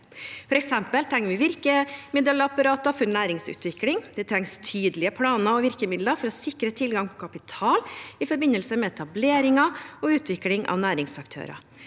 Vi trenger f.eks. et virkemiddelapparat for næringsutvikling. Det trengs tydelige planer og virkemidler for å sikre tilgang på kapital i forbindelse med etablering og utvikling av næringsaktører.